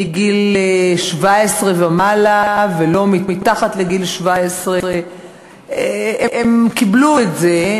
מגיל 17 ומעלה ולא מתחת לגיל 17. הם קיבלו את זה.